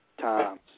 Times